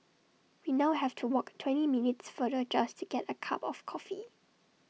we now have to walk twenty minutes farther just to get A cup of coffee